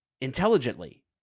intelligently